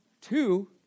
two